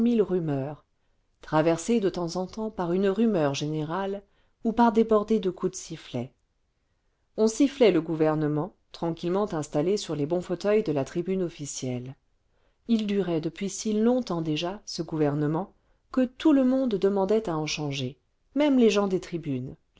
rumeurs traversé de temps en temps par une rumeur générale ou par des bordées de coups de sifflet on sifflait le gouvernement tranquillement installé sur les bons fauteuils de la tribune officielle il durait depuis si longtemps déjà ce gouvernement que tout le monde demandait à en changer même les gens des tribunes